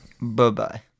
Bye-bye